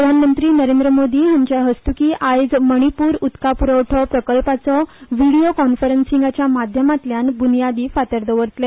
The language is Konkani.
प्रधानमंत्री नरेंद्र मोदी हांच्या हस्तुकी आयज मणिपूर उदका प्रवठो प्रकल्पाचो व्हिडिओ कॉन्फरंसिंगाच्या माध्यमातल्यान बूनयादी फातर दवरतले